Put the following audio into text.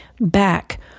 back